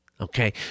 okay